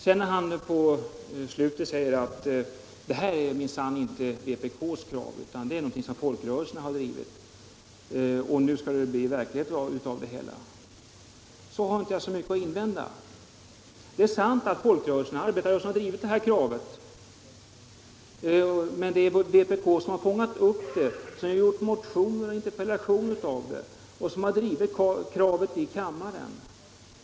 När herr Svanberg till slut säger att det här minsann inte är vpk:s krav utan någonting som folkrörelserna har drivit och att det nu skall bli verklighet av det hela, har jag inte mycket att invända. Det är sant att folkrörelserna och arbetarrörelsen drivit det här kravet. Men det är vpk som har fångat upp det, skrivit motioner och interpellationer om det och drivit kravet i kammaren.